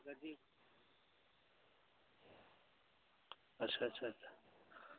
ᱟᱪᱪᱷᱟ ᱟᱪᱪᱷᱟ ᱟᱪᱪᱷᱟ